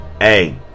Hey